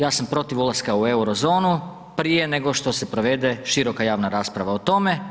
Ja sam protiv ulaska u euro zonu prije nego što se provede široka javna rasprava o tome.